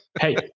Hey